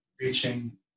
reaching